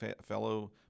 fellow